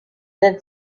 then